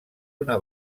una